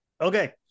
okay